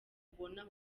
ubona